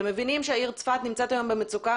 אתם מבינים שהעיר צפת נמצאת היום במצוקה